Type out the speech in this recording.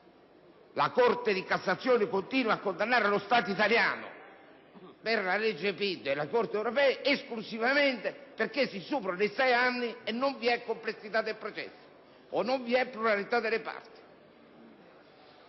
La Corte di cassazione continua a condannare lo Stato italiano per la legge Pinto, e la Corte europea esclusivamente perché si superano i sei anni e non vi è complessità del processo o non vi è pluralità delle parti.